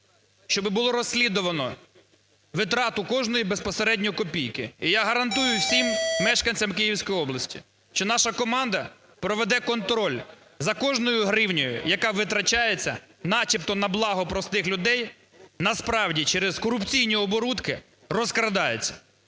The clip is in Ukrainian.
щоб було розслідувано витрату кожної безпосередньо копійки. І я гарантую всім мешканцям Київської області, що наша команда проведе контроль за кожною гривнею, яка витрачається начебто на благо простих людей, насправді через корупційні оборудки розкрадається.